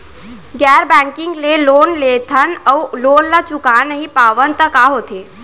गैर बैंकिंग ले लोन लेथन अऊ लोन ल चुका नहीं पावन त का होथे?